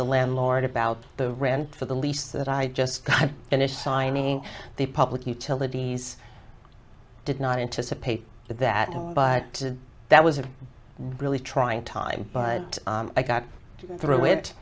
the landlord about the rent for the lease that i just got finished signing the public utilities i did not anticipate that but that was a really trying time but i got through it